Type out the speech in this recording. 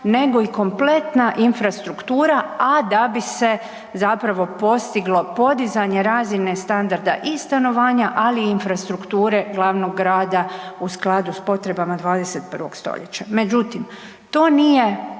nego i kompletna infrastruktura, a da bi se zapravo postiglo podizanje razine standarda i stanovanja, ali i infrastrukture glavnog grada u skladu s potrebama 21. stoljeća. Međutim, to nije